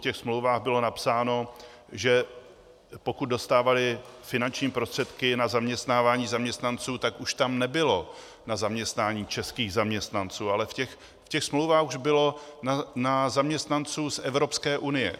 V těch smlouvách bylo napsáno, že pokud dostávaly finanční prostředky na zaměstnávání zaměstnanců, tak už tam nebylo na zaměstnání českých zaměstnanců, ale v těch smlouvách už bylo zaměstnanců z Evropské unie.